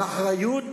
מאחריות